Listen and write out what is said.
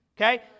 Okay